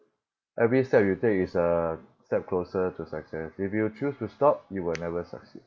every step you take is a step closer to success if you choose to stop you will never succeed